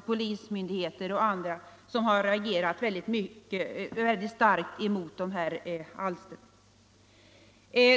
— polismyndigheter och andra — har reagerat mycket starkt mot dessa alster.